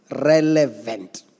Relevant